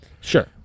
Sure